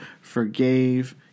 forgave